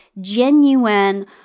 genuine